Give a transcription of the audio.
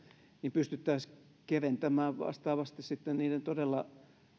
pystyttäisiin keventämään vastaavasti todella